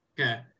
okay